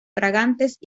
fragantes